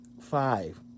Five